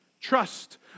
Trust